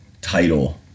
title